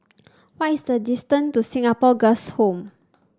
what is the distance to Singapore Girls' Home